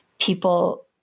people